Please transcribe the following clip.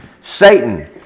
Satan